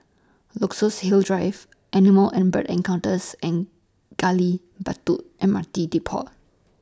Luxus Hill Drive Animal and Bird Encounters and Gali Batu M R T Depot